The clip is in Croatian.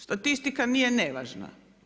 Statistika nije nevažna.